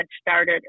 started